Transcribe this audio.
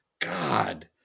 God